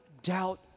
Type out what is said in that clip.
doubt